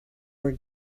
were